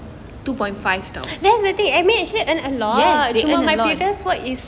two point five thousand yes they earn a lot